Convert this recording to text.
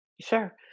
Sure